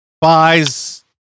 buys